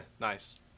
Nice